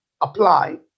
apply